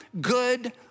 good